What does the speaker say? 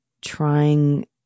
trying